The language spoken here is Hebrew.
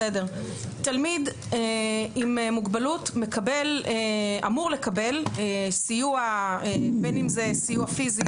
תלמיד עם מוגבלות אמור לקבל סיוע בין אם זה סיוע פיזי